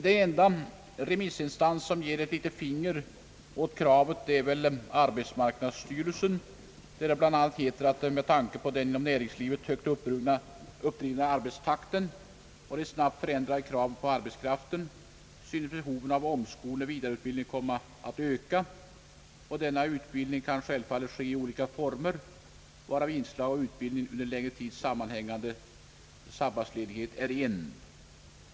Den enda remissinstans som ger ett litet finger åt kravet på utredning är väl arbetsmarknadsstyrelsen som bland annat säger att med tanke på den inom näringslivet högt uppdrivna arbetstakten och de snabbt förändrade kraven på arbetskraften synes behovet av omskolning och vidareutbildning komma att öka, och denna utbildning skall självfallet ske i olika former, varav inslag av utbildning under en längre tids sammanhängande sabbatsledighet är en.